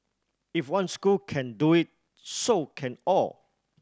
if one school can do it so can all